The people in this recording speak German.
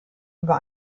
über